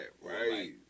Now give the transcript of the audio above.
right